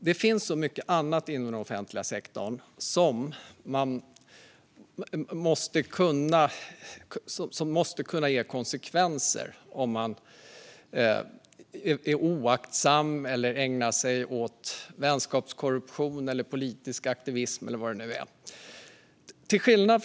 Det finns så mycket annat inom den offentliga sektorn som måste kunna ge konsekvenser om man är oaktsam eller ägnar sig åt vänskapskorruption, politisk aktivism eller vad det nu kan vara.